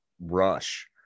rush